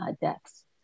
deaths